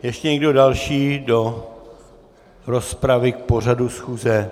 Ještě někdo další do rozpravy k pořadu schůze?